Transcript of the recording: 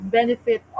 Benefit